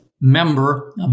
member